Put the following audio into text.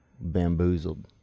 bamboozled